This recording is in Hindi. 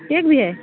केक भी है